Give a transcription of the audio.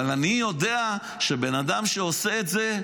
אבל אני יודע שבן אדם שעושה את זה,